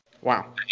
Wow